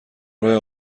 راه